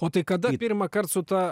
o tai kada pirmąkart su ta